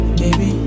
baby